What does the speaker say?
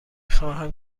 خواهم